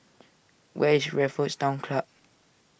where is Raffles Town Club